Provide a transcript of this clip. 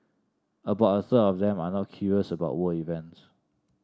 about a third of them are not curious about world events